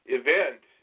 event